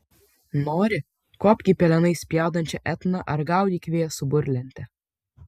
nori kopk į pelenais spjaudančią etną ar gaudyk vėją su burlente